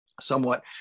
somewhat